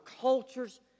cultures